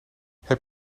heb